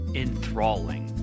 enthralling